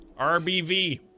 RBV